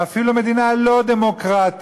ואפילו מדינה לא דמוקרטית,